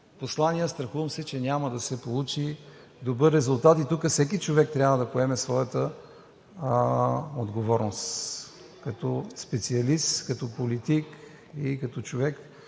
послания, страхувам се, че няма да се получи добър резултат, и тук всеки човек трябва да поеме своята отговорност като специалист, като политик и като човек,